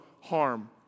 harm